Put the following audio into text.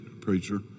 Preacher